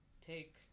take